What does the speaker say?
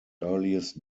earliest